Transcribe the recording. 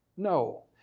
No